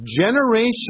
generation